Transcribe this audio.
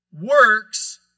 works